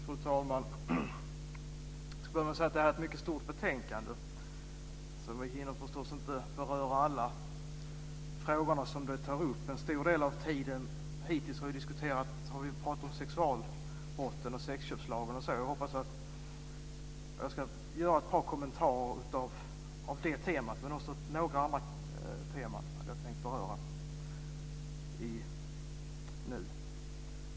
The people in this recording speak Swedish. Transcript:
Fru talman! Detta är ett mycket stort betänkande, därför hinner vi förstås inte beröra alla de frågor det tar upp. En stor del av tiden har man hittills ägnat åt att diskutera sexualbrotten och sexköpslagen. Jag ska göra ett par kommentarer på det temat men också beröra några andra teman.